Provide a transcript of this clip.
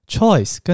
Choice